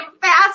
fast